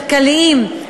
כלכליים,